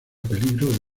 peligro